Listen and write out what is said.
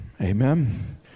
Amen